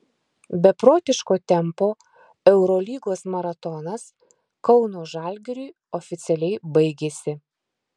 beprotiško tempo eurolygos maratonas kauno žalgiriui oficialiai baigėsi